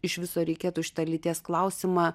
iš viso reikėtų šitą lyties klausimą